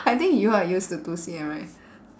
I think you are used to two C_M right